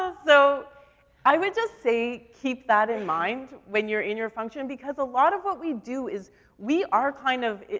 so i would just say keep that in mind when you're in your function because a lot of what we do is we are kind of,